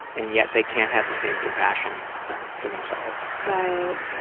and yet they can't have the same compassion for themselves. right